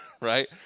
Right